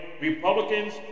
Republicans